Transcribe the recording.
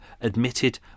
admitted